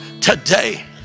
today